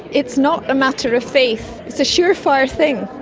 it's not a matter of faith, it's a sure-fire thing.